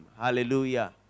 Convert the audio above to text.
Hallelujah